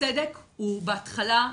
הצדק הוא בהתחלה,